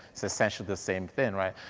it's essentially the same thing, right?